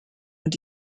und